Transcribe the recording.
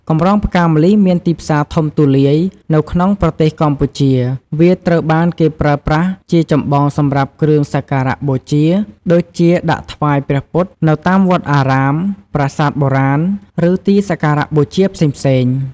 កម្រងផ្កាម្លិះមានទីផ្សារធំទូលាយនៅក្នុងប្រទេសកម្ពុជា វាត្រូវបានគេប្រើប្រាស់ជាចម្បងសម្រាប់គ្រឿងសក្ការបូជា ដូចជាដាក់ថ្វាយព្រះពុទ្ធនៅតាមវត្តអារាម ប្រាសាទបុរាណ ឬទីសក្ការៈបូជាផ្សេងៗ។